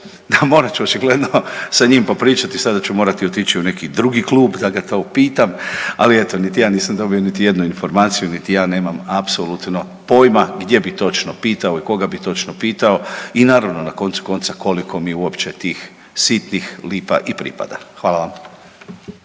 a morat ću očigledno sa njim popričati, sada ću morati otići u neki drugi klub da ga to upitam. Ali eto niti ja nisam dobio niti jednu informaciju niti ja nemam apsolutno pojma gdje bi točno pitao i koga bi točno pitao i naravno na koncu konca koliko mi tu uopće tih sitnih lipa i pripada. Hvala vam.